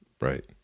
Right